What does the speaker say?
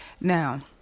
Now